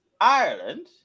ireland